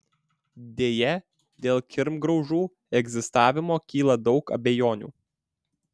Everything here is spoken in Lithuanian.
deja dėl kirmgraužų egzistavimo kyla daug abejonių